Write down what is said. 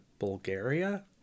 bulgaria